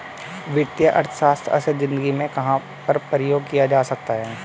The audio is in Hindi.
वित्तीय अर्थशास्त्र का असल ज़िंदगी में कहाँ पर प्रयोग किया जा सकता है?